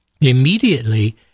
immediately